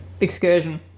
excursion